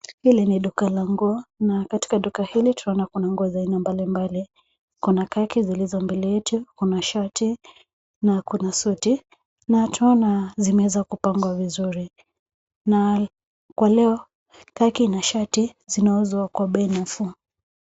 Hili ni duka la nguo na katika duka hili tunaona kuna nguo za aina mbalimbali, kuna kaki zilizo mbele yetu, kuna shati na kuna suti na tunaona zimeweza kupangwa vizuri na kwa leo kaki na shati zinauzwa kwa bei nafuu.